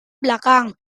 belakang